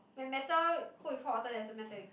but metal put with hot water has a metal effect